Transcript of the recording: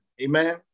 amen